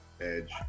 Edge